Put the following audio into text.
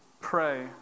pray